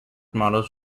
models